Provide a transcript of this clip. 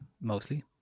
mostly